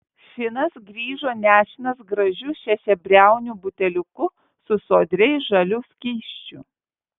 finas grįžo nešinas gražiu šešiabriauniu buteliuku su sodriai žaliu skysčiu